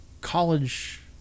college